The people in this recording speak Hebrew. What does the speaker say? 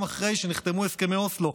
גם אחרי שנחתמו הסכמי אוסלו.